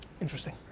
Interesting